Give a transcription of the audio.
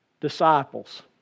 disciples